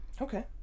Okay